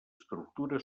estructura